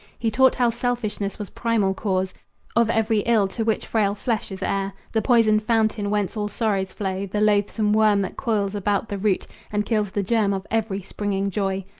he taught how selfishness was primal cause of every ill to which frail flesh is heir, the poisoned fountain whence all sorrows flow, the loathsome worm that coils about the root and kills the germ of every springing joy,